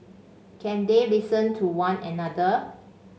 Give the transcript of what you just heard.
can they listen to one another